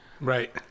right